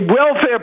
welfare